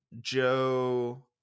Joe